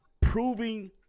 proving